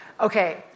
Okay